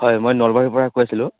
হয় মই নলবাৰীৰ পৰা কৈ আছিলোঁ